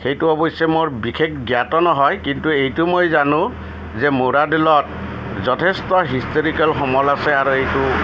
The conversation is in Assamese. সেইটো অৱশ্যে মই বিশেষ জ্ঞাত নহয় কিন্তু এইটো মই জানো যে মূৰাদ'লত যথেষ্ট হিষ্টৰিকেল সমল আছে আৰু এইটো